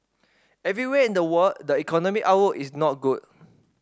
everywhere in the world the economic outlook is not good